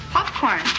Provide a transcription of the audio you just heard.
Popcorn